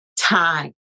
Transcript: Time